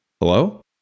Hello